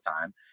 time